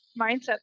mindset